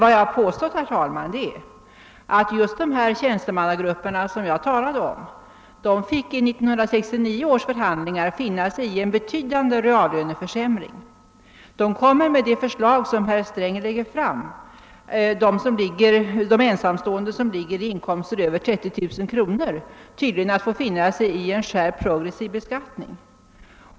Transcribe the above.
Vad jag påstod var att just de tjänstemannagrupper, som jag talade om, efter 1969 års förhandlingar fick finna sig i en betydande reallöneförsämring. Med det förslag som herr Sträng ämnar lägga fram kommer tydligen de ensamstående som har inkomster på över 30 000 kronor att få finna sig i en skärpt progressiv beskattning.